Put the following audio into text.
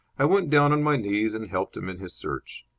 i went down on my knees and helped him in his search.